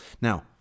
Now